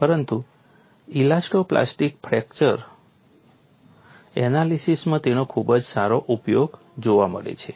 પરંતુ elasto plastic fracture એનાલિસીસમાં તેનો ખૂબ જ સારો ઉપયોગ જોવા મળે છે